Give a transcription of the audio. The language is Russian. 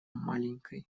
маленькой